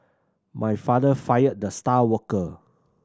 my father fired the star worker